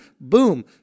boom